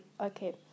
okay